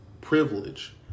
privilege